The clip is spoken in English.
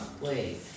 wait